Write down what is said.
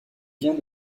vient